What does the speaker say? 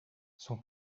son